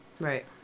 right